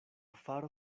faro